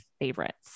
favorites